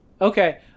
Okay